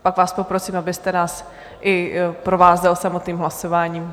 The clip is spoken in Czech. Pak vás poprosím, abyste nás i provázel samotným hlasováním.